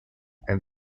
and